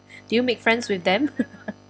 do you make friends with them